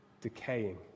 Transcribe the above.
decaying